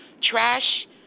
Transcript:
trash